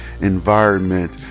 environment